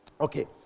Okay